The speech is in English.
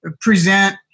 present